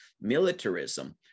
militarism